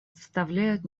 составляют